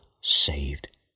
saved